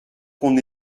qu’on